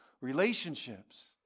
relationships